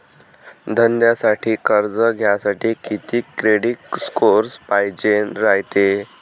धंद्यासाठी कर्ज घ्यासाठी कितीक क्रेडिट स्कोर पायजेन रायते?